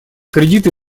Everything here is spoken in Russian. кредиты